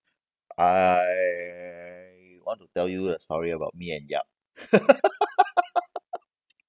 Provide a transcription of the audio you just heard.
I want to tell you a story about me and yap